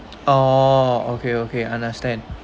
oh okay okay understand